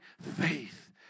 faith